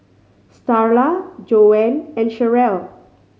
Starla Joanne and Cherrelle